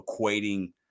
equating